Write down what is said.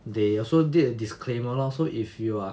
they also did a disclaimer lor so if you are